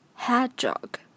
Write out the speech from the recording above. Hedgehog